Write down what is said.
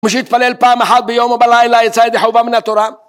מי שהתפלל פעם אחת ביום או בלילה יצא ידי חובה מן התורה